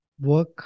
work